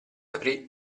aprì